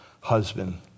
husband